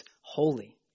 holy